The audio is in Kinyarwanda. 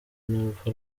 n’urupfu